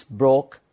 broke